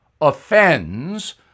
offends